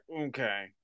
okay